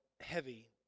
heavy